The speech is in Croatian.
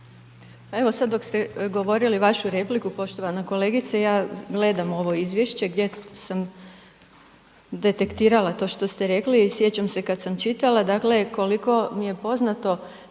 Evo sad dok ste govorili vašu repliku, poštovana kolegice, ja gledam ovo izvješće gdje sam detektirala to što ste rekli i sjećam se kad sam čitala. Dakle, koliko mi je poznato,